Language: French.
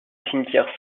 cimetière